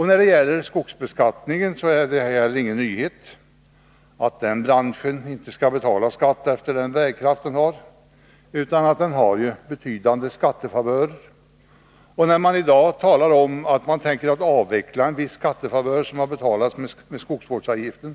När det gäller skogsbeskattningen är det ju heller ingen nyhet att branschen inte skall betala skatt efter den bärkraft den har, utan har betydande skattefavörer. Man talar i dag om att man tänker avveckla en viss skattefavör som har betalats genom skogsvårdsavgiften.